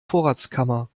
vorratskammer